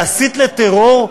להסית לטרור?